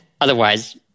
Otherwise